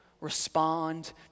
respond